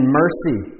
mercy